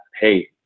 hey